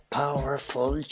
powerful